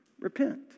repent